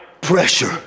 Pressure